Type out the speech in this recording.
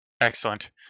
Excellent